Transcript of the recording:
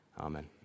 Amen